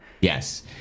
Yes